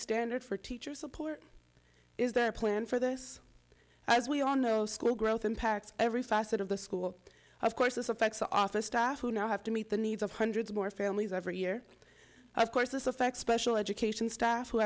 standard for teacher support is there a plan for this as we all know school growth impacts every facet of the school of course this affects office staff who now have to meet the needs of hundreds more families every year of course this affects special education staff who